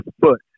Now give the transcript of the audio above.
foot